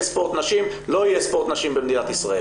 ספורט נשים לא יהיה ספורט נשים במדינת ישראל.